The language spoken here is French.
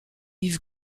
yves